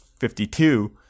52